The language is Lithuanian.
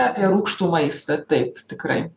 apie rūgštų maistą taip tikrai